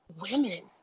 women